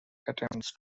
attempts